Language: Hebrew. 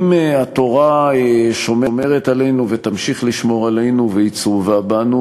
אם התורה שומרת עלינו ותמשיך לשמור עלינו והיא צרובה בנו,